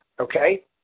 okay